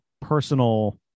personal